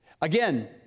Again